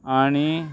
आणी